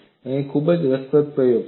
અને તે ખૂબ જ રસપ્રદ પ્રયોગ છે